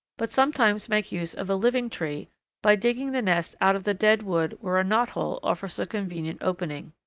but sometimes make use of a living tree by digging the nest out of the dead wood where a knot hole offers a convenient opening.